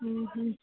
ହୁଁ ହୁଁ